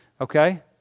okay